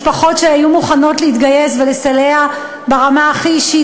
משפחות שהיו מוכנות להתגייס ולסייע ברמה הכי אישית,